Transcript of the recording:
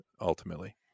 ultimately